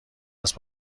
است